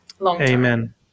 amen